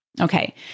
Okay